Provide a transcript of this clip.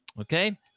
Okay